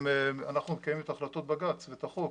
ואנחנו מקיימים את החלטות בג"צ ואת החוק.